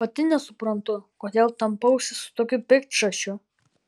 pati nesuprantu kodėl tampausi su tokiu piktšašiu